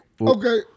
Okay